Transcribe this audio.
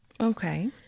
Okay